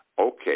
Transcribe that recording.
Okay